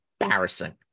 embarrassing